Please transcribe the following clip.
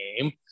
game